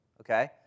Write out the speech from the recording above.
okay